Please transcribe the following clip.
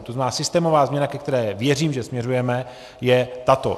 To znamená, systémová změna, ke které, věřím, směřujeme, je tato.